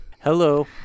hello